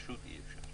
פשוט אי אפשר.